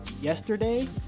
yesterday